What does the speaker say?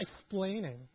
explaining